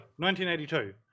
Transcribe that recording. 1982